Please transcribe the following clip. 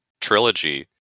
trilogy